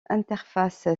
interface